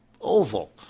oval